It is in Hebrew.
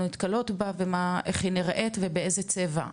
נתקלות בה ואיך היא נראית ובאיזה צבע?